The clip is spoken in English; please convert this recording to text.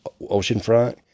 oceanfront